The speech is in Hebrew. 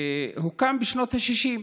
הוקם בשנות השישים,